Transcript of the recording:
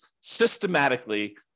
systematically